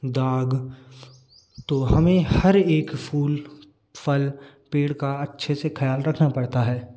दाग तो हमें हर एक फूल फल पेड़ का अच्छे से खयाल रखना पड़ता है